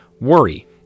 worry